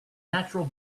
natural